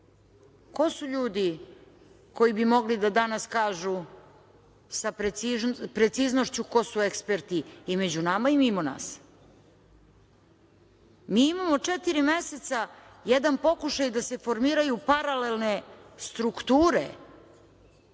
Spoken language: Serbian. ko su ljudi koji bi mogli danas da kažu sa preciznošću ko su eksperti i među nama i mimo nas. Mi imamo četiri meseca jedan pokušaj da se formiraju paralelne strukture,